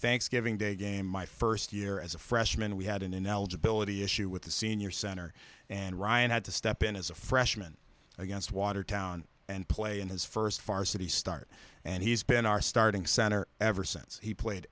thanksgiving day game my first year as a freshman we had an ineligibility issue with the senior center and ryan had to step in as a freshman against watertown and play in his first far city start and he's been our starting center ever since he played